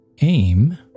Aim